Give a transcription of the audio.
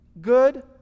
good